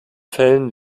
fällen